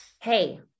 Hey